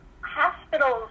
hospitals